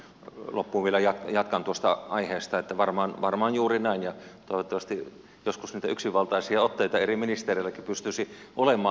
ihan loppuun vielä jatkan tuosta aiheesta että varmaan on juuri näin ja toivottavasti joskus niitä yksinvaltaisia otteita eri ministereilläkin pystyisi olemaan